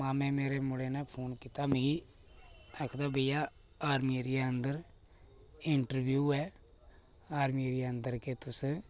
मामे मेरे मुड़े नै फोन कीता मिगी आखदा भइया आर्मी एरिया दे अंदर इंटरव्यू ऐ आर्मी एरिया दे अंदर कि किश